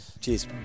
Cheers